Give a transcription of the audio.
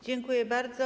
Dziękuję bardzo.